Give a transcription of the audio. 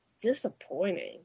disappointing